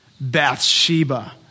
Bathsheba